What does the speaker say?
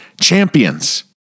champions